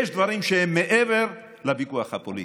יש דברים שהם מעבר לוויכוח הפוליטי.